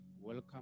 welcome